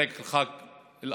לרגל חג אל-אדחא: